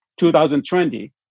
2020